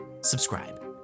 subscribe